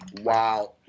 Wow